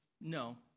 No